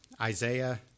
Isaiah